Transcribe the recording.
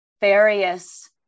various